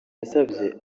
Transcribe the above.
yasabye